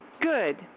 Good